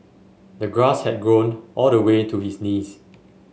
the grass had grown all the way to his knees